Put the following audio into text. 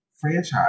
franchise